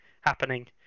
happening